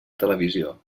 televisió